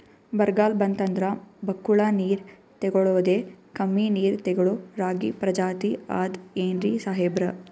ಬರ್ಗಾಲ್ ಬಂತಂದ್ರ ಬಕ್ಕುಳ ನೀರ್ ತೆಗಳೋದೆ, ಕಮ್ಮಿ ನೀರ್ ತೆಗಳೋ ರಾಗಿ ಪ್ರಜಾತಿ ಆದ್ ಏನ್ರಿ ಸಾಹೇಬ್ರ?